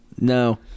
No